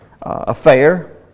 affair